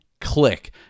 click